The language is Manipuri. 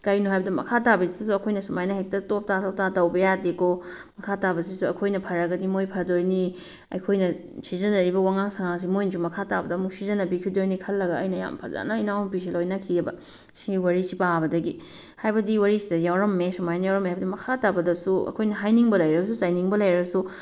ꯀꯩꯅꯣ ꯍꯥꯏꯕꯗ ꯃꯈꯥ ꯇꯥꯕꯁꯤꯗꯁꯨ ꯑꯩꯈꯣꯏꯅ ꯁꯨꯃꯥꯏꯅ ꯍꯦꯛꯇ ꯇꯣꯞ ꯇꯥ ꯇꯣꯞ ꯇꯥ ꯇꯧꯕ ꯌꯥꯗꯦꯀꯣ ꯃꯈꯥ ꯇꯥꯕꯁꯤꯁꯨ ꯑꯩꯈꯣꯏꯅ ꯐꯔꯒꯗꯤ ꯃꯣꯏ ꯐꯗꯣꯏꯅꯤ ꯑꯩꯈꯣꯏꯅ ꯁꯤꯖꯤꯟꯅꯔꯤꯕ ꯋꯉꯥꯡ ꯁꯉꯥꯡꯁꯦ ꯃꯣꯏꯅꯁꯨ ꯃꯈꯥ ꯇꯥꯕꯗ ꯑꯃꯨꯛ ꯁꯤꯖꯟꯅꯕꯤꯈꯤꯗꯣꯏꯅꯤ ꯈꯜꯂꯒ ꯑꯩꯅ ꯌꯥꯝ ꯐꯖꯅ ꯏꯅꯥꯎ ꯅꯨꯄꯤꯁꯦ ꯂꯣꯏꯅꯈꯤꯑꯕ ꯁꯤ ꯋꯥꯔꯤꯁꯦ ꯄꯥꯕꯗꯒꯤ ꯍꯥꯏꯕꯗꯤ ꯋꯥꯔꯤꯁꯤꯗ ꯌꯥꯎꯔꯝꯃꯦ ꯁꯨꯃꯥꯏ ꯌꯥꯎꯔꯝꯃꯦ ꯍꯥꯏꯕꯗꯤ ꯃꯈꯥ ꯇꯥꯕꯗꯁꯨ ꯑꯈꯣꯏꯅ ꯍꯥꯏꯅꯤꯡꯕ ꯂꯩꯔꯒꯁꯨ ꯆꯩꯅꯤꯡꯕ ꯂꯩꯔꯒꯁꯨ